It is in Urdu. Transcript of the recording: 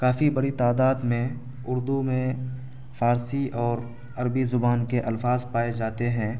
کافی بڑی تعداد میں اردو میں فارسی اور عربی زبان کے الفاظ پائے جاتے ہیں